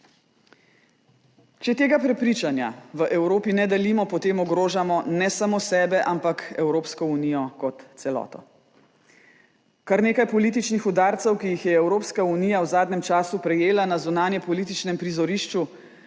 Če tega prepričanja v Evropi ne delimo, potem ogrožamo ne samo sebe, ampak Evropsko unijo kot celoto. Kar nekaj političnih udarcev, ki jih je Evropska unija v zadnjem času prejela na zunanjepolitičnem prizorišču,